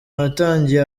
watangiye